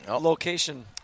location